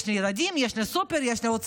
יש לי ילדים, יש לי סופר, יש לי הוצאות.